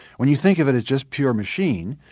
when you think of it as just pure machine,